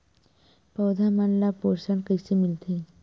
पौधा मन ला पोषण कइसे मिलथे?